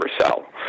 sell